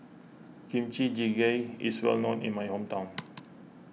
Kimchi Jjigae is well known in my hometown